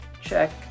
check